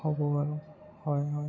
হ'ব আৰু হয় হয়